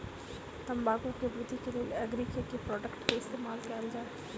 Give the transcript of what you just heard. तम्बाकू केँ वृद्धि केँ लेल एग्री केँ के प्रोडक्ट केँ इस्तेमाल कैल जाय?